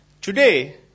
Today